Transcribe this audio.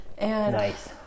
Nice